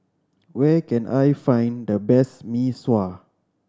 where can I find the best Mee Sua